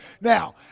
Now